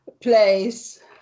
place